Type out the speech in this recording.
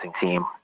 team